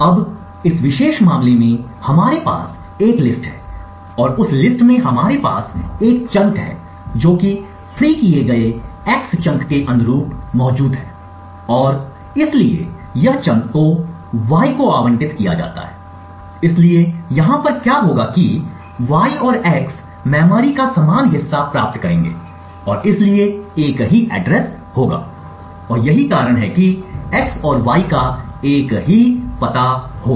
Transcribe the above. अब इस विशेष मामले में हमारे पास एक लिस्ट है और उस लिस्ट में हमारे पास एक चंक है जो कि मुक्त किए गए x चंक के अनुरूप मौजूद है और इसलिए यह चंक को y को आवंटित किया जाता है इसलिए यहाँ पर क्या होगा कि y और x मेमोरी का समान हिस्सा प्राप्त करेंगे और इसलिए एक ही पता होगा और यही कारण है कि x और y का एक ही पता होगा